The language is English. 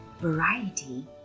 variety